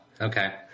Okay